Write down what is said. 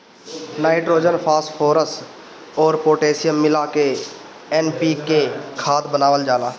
nitrogen, phosphorus अउर potassium मिला के एन.पी.के खाद बनावल जाला